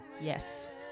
yes